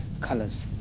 colors